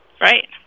Right